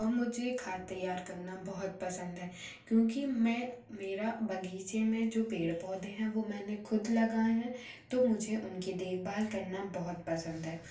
और मुझे खाद तैयार करना बहुत पसंद है क्योंकि मैं मेरा बगीचे में जो पेड़ पौधे हैं वो मैंने खुद लगाए हैं तो मुझे उनकी देखभाल करना बहुत पसंद है